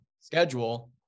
schedule